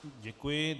Děkuji.